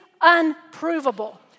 unprovable